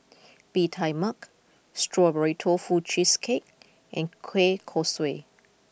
Bee Tai Mak Strawberry Tofu Cheesecake and Kueh Kosui